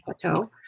Plateau